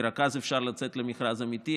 כי רק אז אפשר לצאת למכרז אמיתי.